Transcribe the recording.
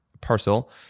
parcel